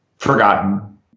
Forgotten